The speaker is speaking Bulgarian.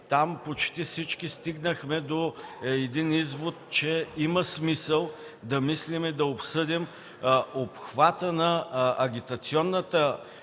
там почти всички стигнахме до извода, че има смисъл да обсъдим обхвата на агитационната